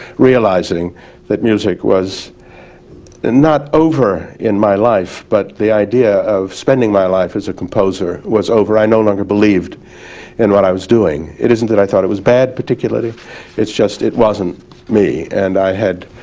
realizing that music was not over in my life, but the idea of spending my life as a composer was over. i no longer believed in what i was doing. it isn't that i thought it was bad particularly. it's just it wasn't me and i had